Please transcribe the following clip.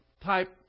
type